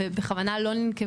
ובכוונה לא ננקבו סכומים.